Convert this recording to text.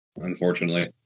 unfortunately